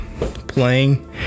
playing